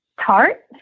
tart